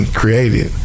created